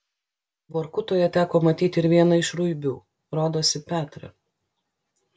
vorkutoje teko matyti ir vieną iš ruibių rodosi petrą